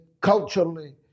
culturally